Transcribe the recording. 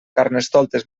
carnestoltes